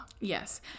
Yes